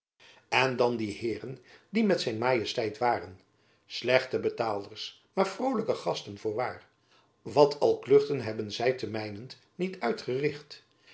en dan die heeren die met zijn majesteit waren slechte betaalders maar vrolijke gasten voorwaar wat al kluchten hebben zy ten mijnent niet uitgericht